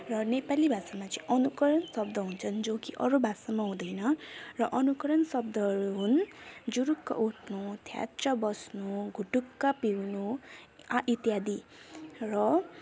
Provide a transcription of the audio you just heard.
र नेपाली भाषामा चाहिँ अनुकरण शब्द हुन्छन् जो कि अरू भाषामा हुँदैन र अनुकरण शब्दहरू हुन् जुरूक्क उठ्नु थ्याच्च बस्नु घुटुक्क पिउनु इत्यादि र